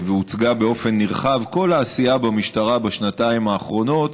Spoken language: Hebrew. והוצגה באופן נרחב כל העשייה במשטרה בשנתיים האחרונות